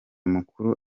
mukuru